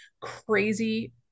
crazy